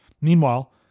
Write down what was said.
Meanwhile